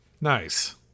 Nice